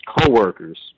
coworkers